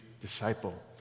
disciple